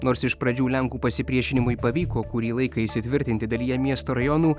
nors iš pradžių lenkų pasipriešinimui pavyko kurį laiką įsitvirtinti dalyje miesto rajonų